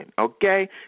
okay